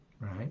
Right